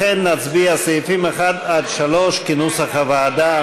לכן נצביע סעיפים 1 3, כנוסח הוועדה.